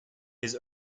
his